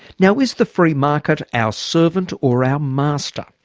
now is the free market our servant or our master?